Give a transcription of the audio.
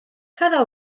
cada